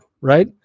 right